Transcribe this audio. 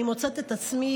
אני מוצאת את עצמי,